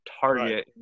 target